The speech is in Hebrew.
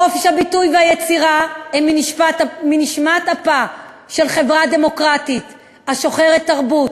חופש הביטוי וחופש היצירה הם מנשמת אפה של חברה דמוקרטית השוחרת תרבות.